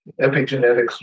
Epigenetics